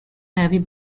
heavy